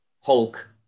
Hulk